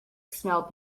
smelled